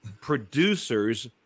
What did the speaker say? producer's